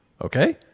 okay